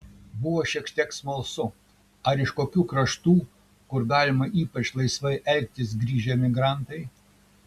buvo šiek tiek smalsu ar iš kokių kraštų kur galima ypač laisvai elgtis grįžę emigrantai